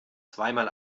zweimal